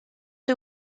who